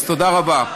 תודה רבה.